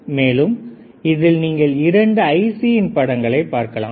மேலும் இதில் நீங்கள் இரண்டு ICயின் படங்களை பார்க்கலாம்